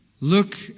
look